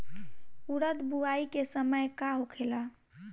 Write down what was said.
उरद बुआई के समय का होखेला?